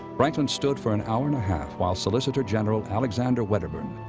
franklin stood for an hour and a half while solicitor general alexander wedderburn,